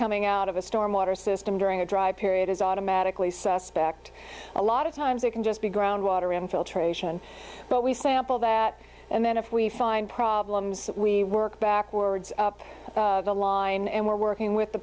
coming out of a storm water system during a dry period is automatically suspect a lot of times it can just be ground water infiltration but we sample that and then if we find problems we work backwards up the line and we're working with the